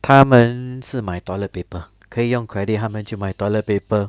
他们是买 toilet paper 可以用 credit 他们就买 toilet paper